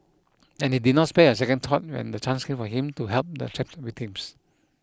and he did not spare a second thought when the chance came for him to help the trapped victims